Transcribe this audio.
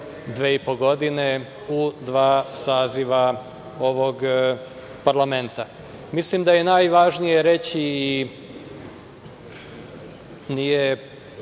dve i po godine, u dva saziva ovog parlamenta. Mislim da je najvažnije reći, i nije